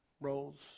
roles